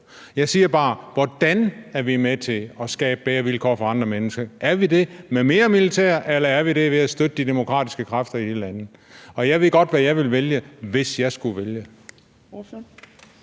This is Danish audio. Jeg siger bare: Hvordan er vi med til at skabe bedre vilkår for andre mennesker? Er vi det med mere militær, eller er vi det ved at støtte de demokratiske kræfter i de lande? Jeg ved godt, hvad jeg ville vælge, hvis jeg skulle vælge.